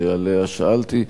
שעליה שאלתי.